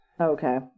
Okay